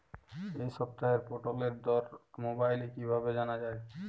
এই সপ্তাহের পটলের দর মোবাইলে কিভাবে জানা যায়?